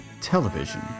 television